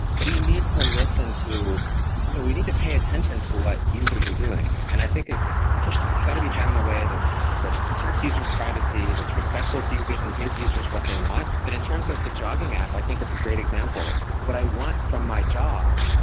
we need to listen to you know we need to pay attention to what users are doing, and i think it's it's got to be done in a way that protects user s privacy, that's respectful to users and gives users what they want. and in terms of the jogging app, i think it's a great example. what i want from my job,